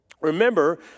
Remember